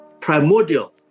primordial